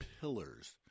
pillars